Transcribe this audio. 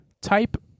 type